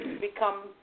become